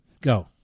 Go